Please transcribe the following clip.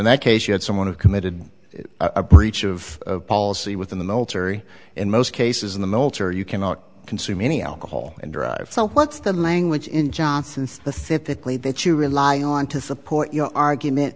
in that case you had someone who committed a breach of policy within the military in most cases in the military you cannot consume any alcohol and drive so what's the language in jonson's the fifth that plea that you rely on to support your argument